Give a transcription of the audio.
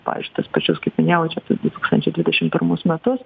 pavyzdžiui tuos pačius kaip minėjau čia du tūkstančiai dvidešim pirmus metus